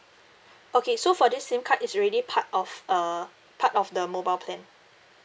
okay so for this sim card it's already part of uh part of the mobile plan